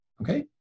Okay